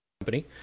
company